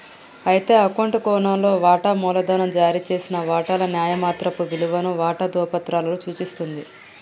అయితే అకౌంట్ కోణంలో వాటా మూలధనం జారీ చేసిన వాటాల న్యాయమాత్రపు విలువను వాటా ధ్రువపత్రాలలో సూచిస్తుంది